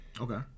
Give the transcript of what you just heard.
okay